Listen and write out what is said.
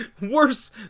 Worse